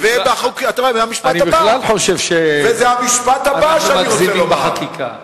אני בכלל חושב שאנחנו מגזימים בחקיקה.